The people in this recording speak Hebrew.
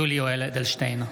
(קורא בשמות חברי הכנסת) יולי יואל אדלשטיין,